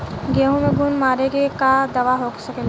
गेहूँ में घुन मारे के का दवा हो सकेला?